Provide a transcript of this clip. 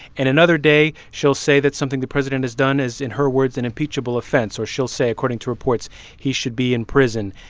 and another day, she'll say that something the president has done is, in her words, an impeachable offense, or she'll say according to reports he should be in prison.